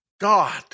God